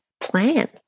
plan